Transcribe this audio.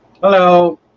Hello